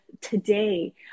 today